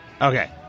Okay